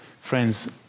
friends